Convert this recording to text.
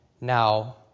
now